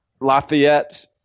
Lafayette